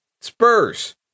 Spurs